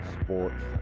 sports